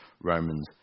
Romans